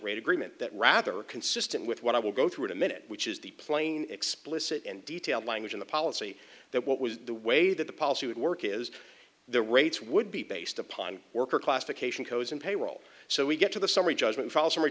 rate agreement that rather consistent with what i will go through in a minute which is the plain explicit and detailed language in the policy that what was the way that the policy would work is the rates would be based upon worker classification codes and payroll so we get to the summary judgment